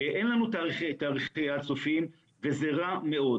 אין לנו תאריכי יעד סופיים וזה רע מאוד.